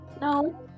No